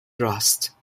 راست